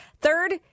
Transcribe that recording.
Third